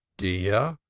dear?